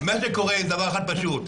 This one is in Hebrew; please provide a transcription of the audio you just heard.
מה שקורה זה דבר אחד פשוט.